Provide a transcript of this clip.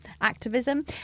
activism